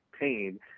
pain